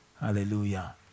Hallelujah